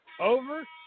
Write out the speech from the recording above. over